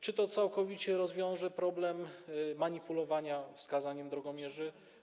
Czy to całkowicie rozwiąże problem manipulowania wskazaniem drogomierzy?